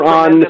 on